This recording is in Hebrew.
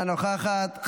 אינה נוכחת,